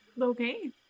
okay